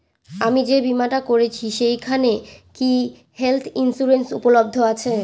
আমি যে বীমাটা করছি সেইখানে কি হেল্থ ইন্সুরেন্স উপলব্ধ আছে?